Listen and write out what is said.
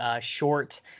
short